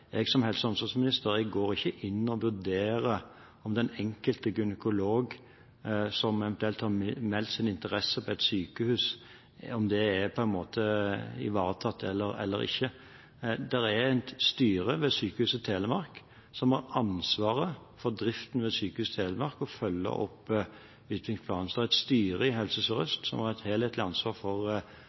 jeg be om forståelse for at jeg som helse- og omsorgsminister ikke går inn og vurderer om den enkelte gynekolog som eventuelt har meldt sin interesse på et sykehus, er ivaretatt eller ikke. Det er et styre ved Sykehuset Telemark som har ansvaret for driften ved sykehuset og for å følge opp utviklingsplanen. Så er det et styre i Helse Sør-Øst som har et helhetlig ansvar for